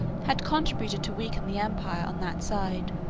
had contributed to weaken the empire on that side.